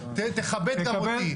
תכבד גם אותי.